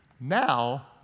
now